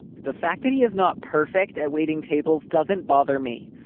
the fact that he is not perfect at waiting tables doesn't bother me.